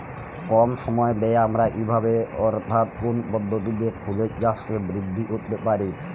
কম সময় ব্যায়ে আমরা কি ভাবে অর্থাৎ কোন পদ্ধতিতে ফুলের চাষকে বৃদ্ধি করতে পারি?